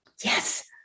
Yes